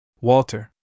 Walter